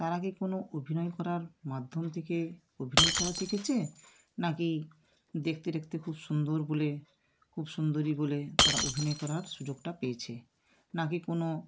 তারা কি কোনো অভিনয় করার মাধ্যম থেকে অভিনয় করা শিখেছে না কি দেখতে টেখতে খুব সুন্দর বলে খুব সুন্দরী বলে তারা অভিনয় করার সুযোগটা পেয়েছে না কি কোনো